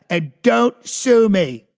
i don't sue me.